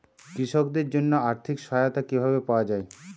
কৃষকদের জন্য আর্থিক সহায়তা কিভাবে পাওয়া য়ায়?